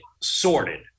sorted